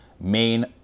main